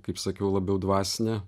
kaip sakiau labiau dvasinė